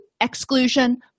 exclusion